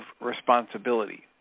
responsibility